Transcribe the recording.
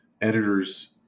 Editors